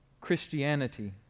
Christianity